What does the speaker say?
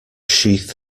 sheath